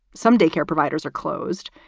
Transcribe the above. some daycare providers are closed,